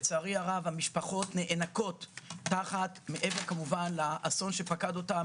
לצערי הרבה המשפחות נאנקות תחת האסון שפקד אותן,